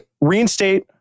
reinstate